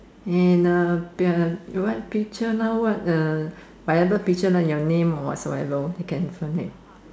and uh the the what picture now what uh whatever picture lah your name or whatsoever you can find it